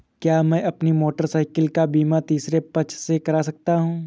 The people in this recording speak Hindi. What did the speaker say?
क्या मैं अपनी मोटरसाइकिल का बीमा तीसरे पक्ष से करा सकता हूँ?